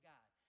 God